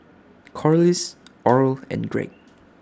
Corliss Oral and Greg